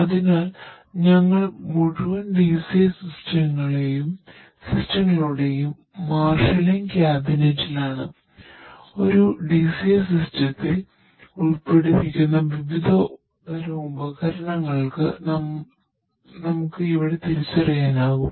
അതിനാൽ ഞങ്ങൾ മുഴുവൻ ഡിസിഎ സിസ്റ്റങ്ങളുടെയും മാർഷലിംഗ് കാബിനറ്റിലാണ് ഉൾപ്പെട്ടിരിക്കുന്ന വിവിധ തരംഉപകരണങ്ങൾ നമുക്ക് ഇവിടെ തിരിച്ചറിയാനാകും